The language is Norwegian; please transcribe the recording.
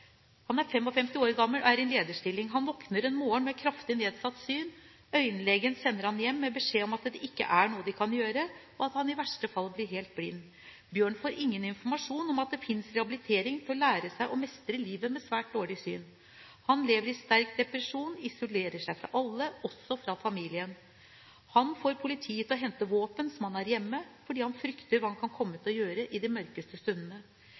Han er 55 år gammel og er i en lederstilling. Han våkner en morgen med kraftig nedsatt syn. Øyelegen sender ham hjem med beskjed om at det ikke er noe de kan gjøre, og at han i verste fall blir helt blind. Bjørn får ingen informasjon om at det finnes rehabilitering til å lære seg å mestre livet med svært dårlig syn. Han lever i sterk depresjon og isolerer seg fra alle, også fra familien. Han får politiet til å hente våpen som han har hjemme, fordi han frykter hva han kan komme til å gjøre i de mørkeste stundene.